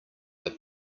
are